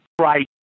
right